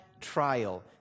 trial